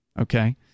Okay